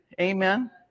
Amen